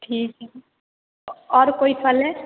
ठीक है और कोई फल है